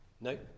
No